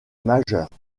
majeures